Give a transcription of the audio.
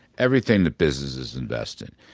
everything that businesses invest in.